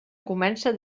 comença